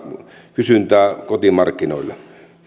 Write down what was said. kysyntää kotimarkkinoilla